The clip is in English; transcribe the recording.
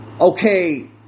okay